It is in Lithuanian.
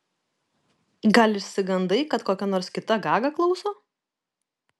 gal išsigandai kad kokia nors kita gaga klauso